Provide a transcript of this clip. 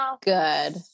good